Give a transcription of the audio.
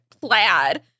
plaid